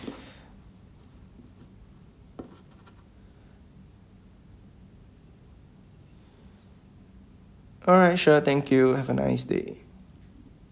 alright sure thank you have a nice day